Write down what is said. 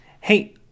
Hey